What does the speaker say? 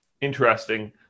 Interesting